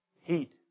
Heat